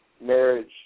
marriage